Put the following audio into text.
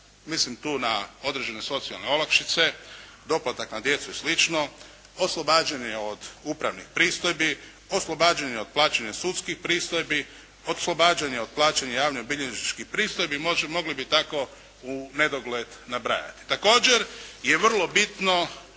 mislim tu na određene socijalne olakšice, doplatak za djecu i slično, oslobađanje od upravnih pristojbi, oslobađanje od plaćanja sudskih pristojbi, oslobađanje od plaćanja javno bilježničkih pristojbi. Mogli bi tako u nedogled nabrajati. Također je vrlo bitno